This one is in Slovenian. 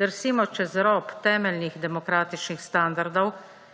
drsimo čez rob temeljnih demokratičnih standardov